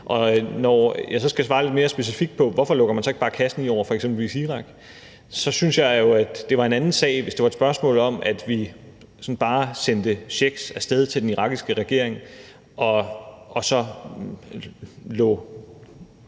Når jeg så skal svare lidt mere specifikt på, hvorfor man ikke bare lukker kassen i over for eksempelvis Irak, så synes jeg jo, det var en anden sag, hvis det var et spørgsmål om, at vi sådan bare sendte checks af sted til den irakiske regering og så lod